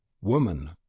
Woman